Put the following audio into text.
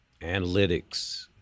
Analytics